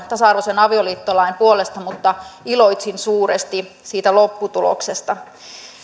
tasa arvoisen avioliittolain puolesta mutta iloitsin suuresti siitä lopputuloksesta